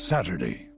Saturday